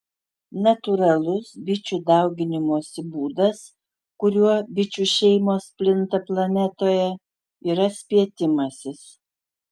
natūralus bičių dauginimosi būdas kuriuo bičių šeimos plinta planetoje yra spietimasis